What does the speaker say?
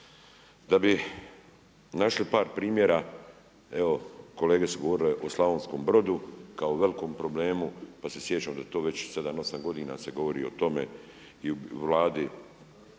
Da bi našli par primjera, evo kolege su govorili o Slavonskom Brodu, kao velikom problemu, pa se sjećam da je to već 7, 8 godina se govori o tome i u Vladi